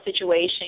situation